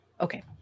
okay